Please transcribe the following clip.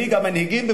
מנהיג המנהיגים.